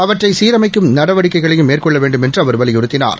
அவற்றை சீரமைக்கும் நடவடிக்கைகளையும் மேற்னெள்ள வேண்டும் என்று அவர் வலியுறுத்தினார்